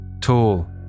Tall